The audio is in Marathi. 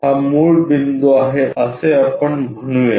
हा मूळ बिंदू आहे असे आपण म्हणूया